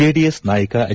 JDS ನಾಯಕ H